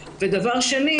ושניים,